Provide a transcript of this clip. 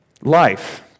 Life